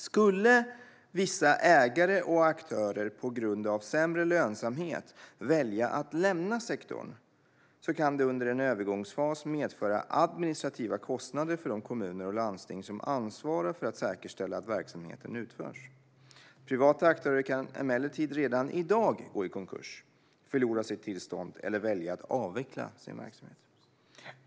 Skulle vissa ägare och aktörer på grund av sämre lönsamhet välja att lämna sektorn kan det under en övergångsfas medföra administrativa kostnader för de kommuner och landsting som ansvarar för att säkerställa att verksamheten utförs. Privata aktörer kan emellertid redan i dag gå i konkurs, förlora sitt tillstånd eller välja att avveckla sin verksamhet.